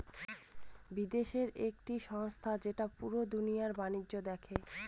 বিদেশের একটি সংস্থা যেটা পুরা দুনিয়ার বাণিজ্য দেখে